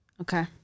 Okay